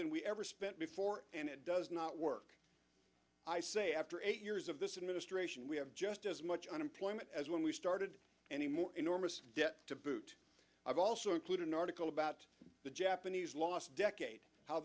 than we ever spent before and it does not work i say after eight years of this administration we have just as much unemployment as when we started any more enormous debt to boot i've also included an article about the japanese last decade how